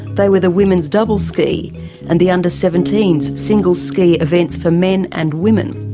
they were the women's double ski and the under seventeen s single ski events for men and women.